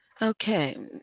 Okay